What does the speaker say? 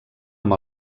amb